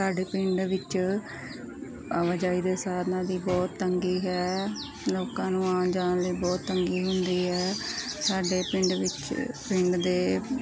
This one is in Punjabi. ਸਾਡੇ ਪਿੰਡ ਵਿੱਚ ਆਵਾਜਾਈ ਦੇ ਸਾਧਨਾਂ ਦੀ ਬਹੁਤ ਤੰਗੀ ਹੈ ਲੋਕਾਂ ਨੂੰ ਆਉਣ ਜਾਣ ਲਈ ਬਹੁਤ ਤੰਗੀ ਹੁੰਦੀ ਹੈ ਸਾਡੇ ਪਿੰਡ ਵਿੱਚ ਪਿੰਡ ਦੇ